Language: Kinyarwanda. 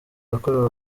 yakorewe